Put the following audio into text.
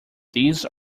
these